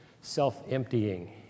self-emptying